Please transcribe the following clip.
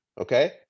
Okay